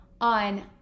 on